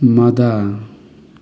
ꯃꯗꯥ